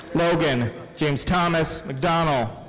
logan james thomas mcdonell.